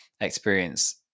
experience